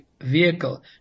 vehicle